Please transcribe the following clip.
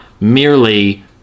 merely